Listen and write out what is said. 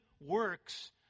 works